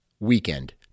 weekend